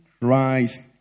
Christ